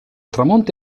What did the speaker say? tramonto